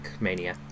Mania